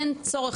אין צורך,